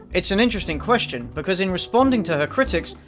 it's an interesting question, because in responding to her critics,